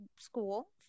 school